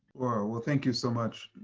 well, thank you so much,